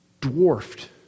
dwarfed